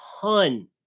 ton